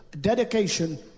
dedication